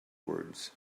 words